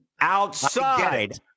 Outside